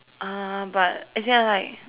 uh but as in ya like